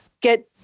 get